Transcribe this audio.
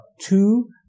two